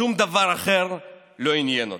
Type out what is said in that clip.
ושום דבר אחר לא עניין אותו.